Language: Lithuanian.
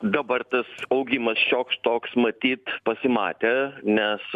dabar tas augimas šioks toks matyt pasimatė nes